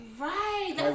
Right